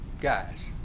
guys